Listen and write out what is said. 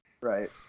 Right